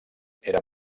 era